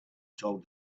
told